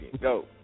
Go